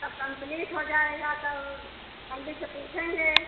जब कम्पलीट हो जाएगा तब पंडित से पूछेंगे